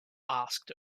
asked